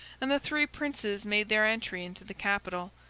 and the three princes made their entry into the capital,